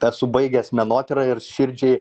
esu baigęs menotyrą ir širdžiai